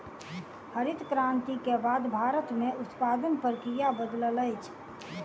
हरित क्रांति के बाद भारत में उत्पादन प्रक्रिया बदलल अछि